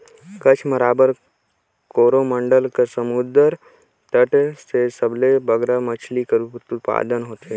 कच्छ, माराबार, कोरोमंडल कर समुंदर तट में सबले बगरा मछरी कर उत्पादन होथे